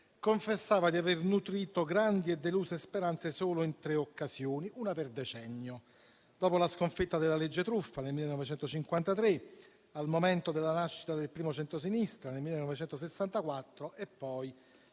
confessava di aver nutrito grandi e deluse speranze solo in tre occasioni, una per decennio: dopo la sconfitta della legge truffa nel 1953, al momento della nascita del primo centrosinistra nel 1964 e poi